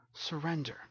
Surrender